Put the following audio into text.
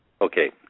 Okay